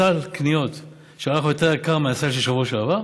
אתה ראית סל קניות שהיה יותר יקר מהסל של השבוע שעבר?